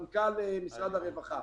מנכ"ל משרד הרווחה.